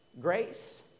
grace